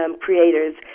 creators